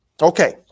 Okay